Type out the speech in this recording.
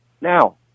now